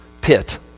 pit